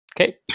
okay